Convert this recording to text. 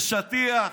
יש שטיח,